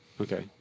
Okay